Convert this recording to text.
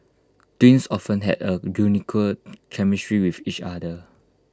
twins often have A unique chemistry with each other